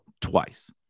twice